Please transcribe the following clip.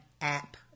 app